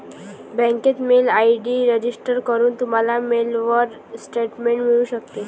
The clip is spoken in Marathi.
बँकेत मेल आय.डी रजिस्टर करून, तुम्हाला मेलवर स्टेटमेंट मिळू शकते